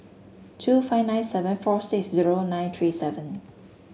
two five nine seven four six zero nine three seven